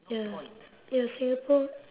ya ya singapore